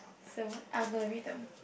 so algorithm